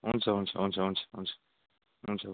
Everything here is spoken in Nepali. हुन्छ हुन्छ हुन्छ हुन्छ हुन्छ हुन्छ